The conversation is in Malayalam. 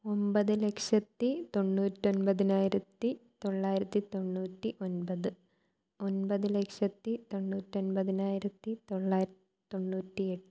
ഒൻപത് ലക്ഷത്തി തൊണ്ണൂറ്റി ഒൻപതിനായിരത്തി തൊള്ളായിരത്തി തൊണ്ണൂറ്റി ഒൻപത് ഒൻപത് ലക്ഷത്തി തൊണ്ണൂറ്റി ഒൻപതിനായിരത്തി തൊള്ളായിരത്തി തൊണ്ണൂറ്റി എട്ട്